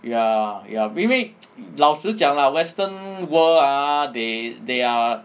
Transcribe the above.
ya ya 因为 老实讲 lah western world ah they they are